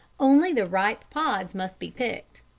only the ripe pods must be picked.